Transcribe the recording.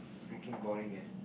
freaking boring eh